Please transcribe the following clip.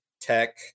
tech